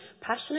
Passionate